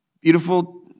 beautiful